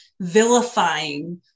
vilifying